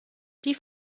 die